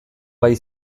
gai